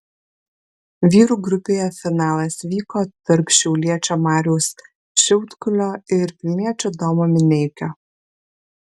vyrų grupėje finalas vyko tarp šiauliečio mariaus šiaudkulio ir vilniečio domo mineikio